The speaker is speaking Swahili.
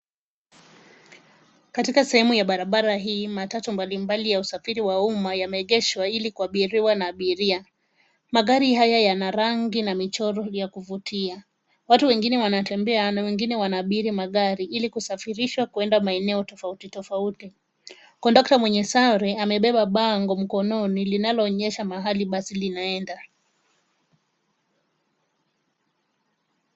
Katika sehemu ya barabara hii, matatu mbalimbali ya usafiri wa umma yameegeshwa ili kuabiriwa na abiria. Magari haya yana rangi na michoro ya kuvutia. Watu wengine wanatembea na wengine wanaabiri magari ili kusafirishwa kwenda maeneo tofauti tofauti. Kondakta mwenye sare amebeba bango mkononi linaloonyesha mahali basi linaenda.